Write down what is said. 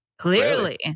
Clearly